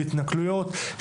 בהתנכלויות,